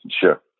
Sure